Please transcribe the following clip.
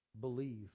believe